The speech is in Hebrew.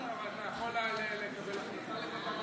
אבל אתה יכול לקבל החלטה לגביו עכשיו?